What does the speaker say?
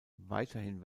weiterhin